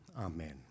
Amen